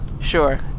Sure